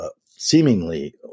seemingly